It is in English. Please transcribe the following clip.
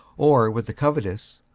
or with the covetous,